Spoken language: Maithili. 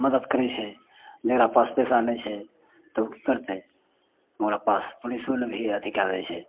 मदति करय छै जकरा पास पैसा नहि छै तऽ उ की करतय ओकरा पास पुलिसो लग भी अथी कए लै छै